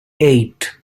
eight